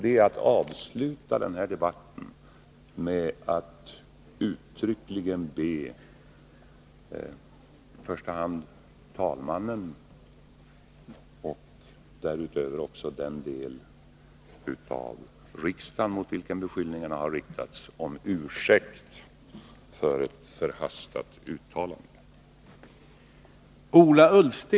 Det är att avsluta denna debatt med att uttryckligen be i första hand talmannen och därutöver den del av riksdagen mot vilken beskyllningarna har riktats om ursäkt för ett förhastat uttalande.